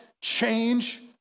change